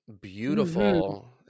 Beautiful